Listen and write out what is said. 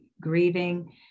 grieving